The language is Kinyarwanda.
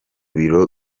biro